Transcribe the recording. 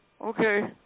Okay